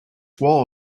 wall